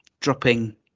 dropping